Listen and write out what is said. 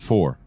Four